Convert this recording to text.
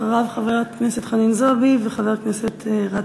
אחריו, חברת הכנסת חנין זועבי וחבר הכנסת גטאס.